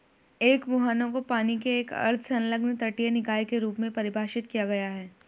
एक मुहाना को पानी के एक अर्ध संलग्न तटीय निकाय के रूप में परिभाषित किया गया है